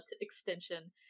extension